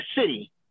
city